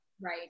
Right